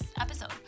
episode